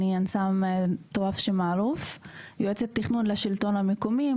אני מכהנת כיועצת תכנון לשלטון המקומי,